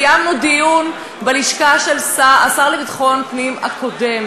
קיימנו דיון בלשכה של השר לביטחון פנים הקודם,